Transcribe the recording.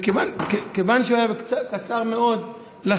וכיוון שהיה קצר מאוד,